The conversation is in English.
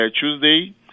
Tuesday